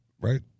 right